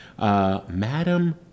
Madam